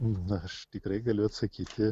na aš tikrai galiu atsakyti